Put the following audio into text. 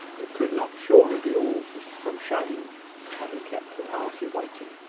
it could not surely be all from shame at having kept the party waiting.